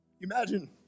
Imagine